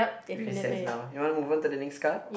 recess now you want to move on to the next card